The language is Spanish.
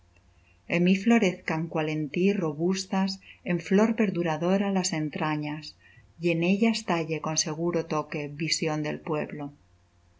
en mi florezcan cual en tí robustas en flor perduradora las entrañas y en ellas talle con seguro toque visión del pueblo